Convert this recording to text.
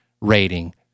rating